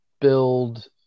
build